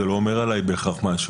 זה לא אומר עליי בהכרח משהו.